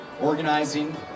organizing